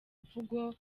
mvugo